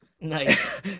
Nice